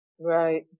Right